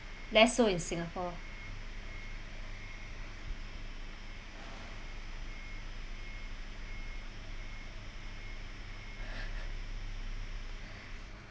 less so in singapore